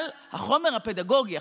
אבל החומר הפדגוגי,